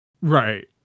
Right